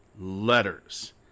letters